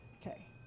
Okay